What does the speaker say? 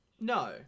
No